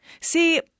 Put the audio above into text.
See